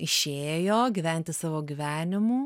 išėjo gyventi savo gyvenimų